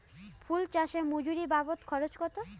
ফুল চাষে মজুরি বাবদ খরচ কত?